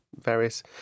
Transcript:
various